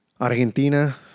Argentina